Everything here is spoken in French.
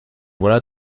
voilà